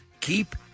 Keep